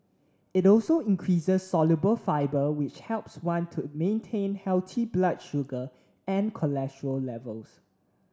it also increases soluble fibre which helps one to maintain healthy blood sugar and cholesterol levels